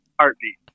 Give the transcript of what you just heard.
heartbeat